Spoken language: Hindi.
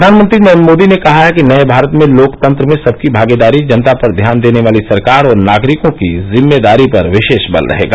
प्रधानमंत्री नरेन्द्र मोदी ने कहा है कि नये भारत में लोकतंत्र में सबकी भागीदारी जनता पर ध्यान देने वाली सरकार और नागरिकों की जिम्मेदारी पर विशेष बल रहेगा